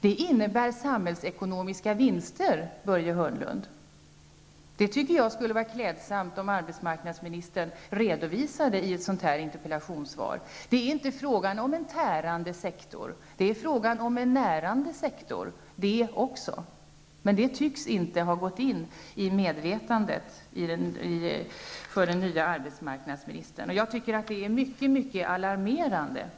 Det innebär samhällsekonomiska vinster, Börje Hörnlund. Det vore klädsamt om arbetsmarknadsministern redovisade detta i ett interpellationssvar. Det är inte fråga om en tärande sektor, utan det är fråga om en närande sektor. Men det tycks inte ha gått in i den nye arbetsmarknadsministerns medvetande. Det är mycket alarmerande.